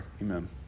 amen